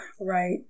Right